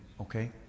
okay